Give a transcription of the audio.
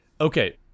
okay